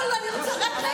זה קח ותן.